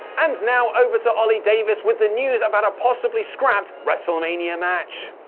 and now over to oli davis with the news about a possibly scrapped wrestlemania match.